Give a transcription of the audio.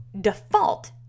default